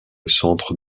centre